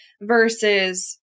versus